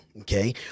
Okay